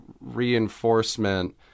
reinforcement